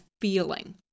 feeling